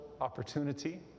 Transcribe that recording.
opportunity